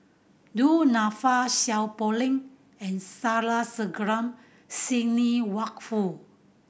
Du Nanfa Seow Poh Leng and Sandrasegaran Sidney Woodhull